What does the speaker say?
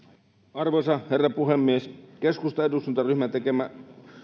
arvoisa herra puhemies keskustan eduskuntaryhmän tekemä